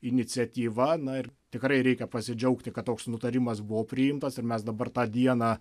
iniciatyva na ir tikrai reikia pasidžiaugti kad toks nutarimas buvo priimtas ir mes dabar tą dieną